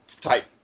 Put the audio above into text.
type